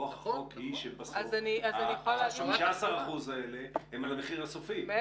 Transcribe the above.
רוח החוק היא שבסוף ה-15% האלה הם על המחיר הסופי,